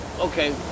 okay